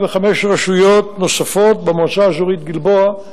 בחמש רשויות נוספות: במועצה האזורית גלבוע,